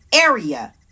area